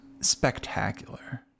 spectacular